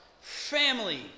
family